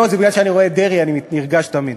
לא, זה מפני שכשאני רואה את דרעי אני נרגש תמיד,